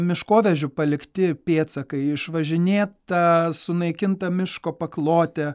miškovežių palikti pėdsakai išvažinėta sunaikinta miško paklotė